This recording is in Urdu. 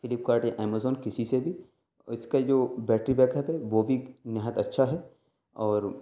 فلپکارٹ یا امیزون کسی سے بھی اور اس کا جو بیٹری بیک اپ ہے وہ بھی نہایت اچّھا ہے اور